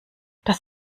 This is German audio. das